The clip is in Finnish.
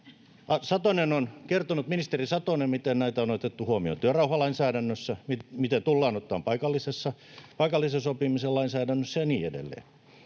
Ministeri Satonen on kertonut, miten näitä on otettu huomioon työrauhalainsäädännössä, miten tullaan ottamaan paikallisen sopimisen lainsäädännössä ja niin edelleen.